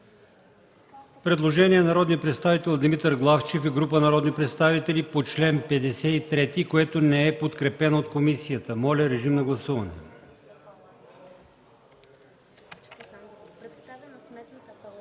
предложението от народния представител Димитър Главчев и група народни представители по чл. 53, което не е подкрепено от комисията. Гласували